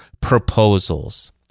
proposals